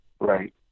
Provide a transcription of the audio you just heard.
Right